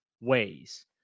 ways